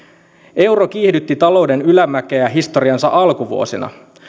euro kiihdytti talouden ylämäkeä historiansa alkuvuosina